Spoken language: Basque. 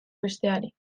besteari